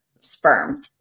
sperm